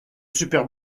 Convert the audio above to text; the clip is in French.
super